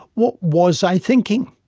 what was i thinking?